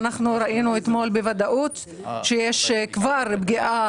אנחנו ראינו אתמול בוודאות שיש כבר פגיעה